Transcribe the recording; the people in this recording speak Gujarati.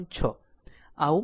સમાંતર છે